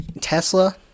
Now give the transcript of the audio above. Tesla